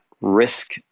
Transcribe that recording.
risk